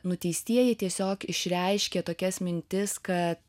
nuteistieji tiesiog išreiškė tokias mintis kad